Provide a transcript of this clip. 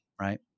right